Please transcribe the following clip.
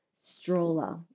stroller